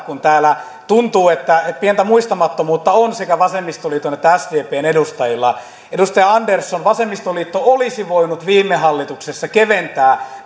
kun tuntuu että täällä pientä muistamattomuutta on sekä vasemmistoliiton että sdpn edustajilla edustaja andersson vasemmistoliitto olisi voinut viime hallituksessa keventää